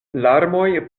larmoj